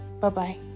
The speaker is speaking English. Bye-bye